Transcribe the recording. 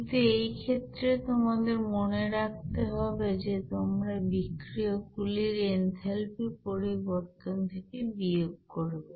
কিন্তু এই ক্ষেত্রে তোমাদের মনে রাখতে হবে যে তোমরা বিক্রিয়ক গুলির এনথালপি পরিবর্তন থেকে বিয়োগ করবে